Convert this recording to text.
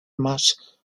más